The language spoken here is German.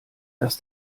dass